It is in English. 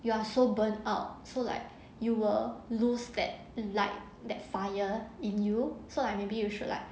you are so burn out so like you will lose that like that fire in you so like maybe you should like